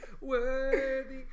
worthy